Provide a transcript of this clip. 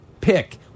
pick